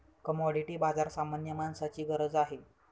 commodity बाजार सामान्य माणसाची गरज आहे